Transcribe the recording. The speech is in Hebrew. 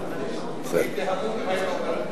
הייתי המום אם היית אומר אחרת.